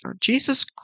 Jesus